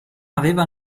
aveva